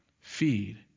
feed